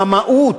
במהות.